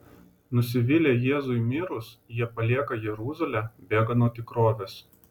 nusivylę jėzui mirus jie palieka jeruzalę bėga nuo tikrovės